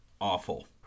awful